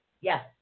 Yes